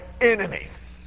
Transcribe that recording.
enemies